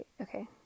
Okay